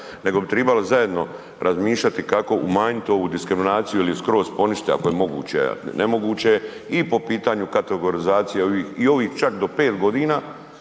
nego bi trebali zajedno razmišljati kako umanjiti ovu diskriminaciju ili skroz je poništiti ako je moguće, ako je nemoguće i po pitanju kategorizacije i ovih čak do 5 g. i